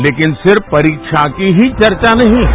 लेकिन सिर्फ परीक्षा की डी चर्चा नहीं है